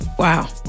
Wow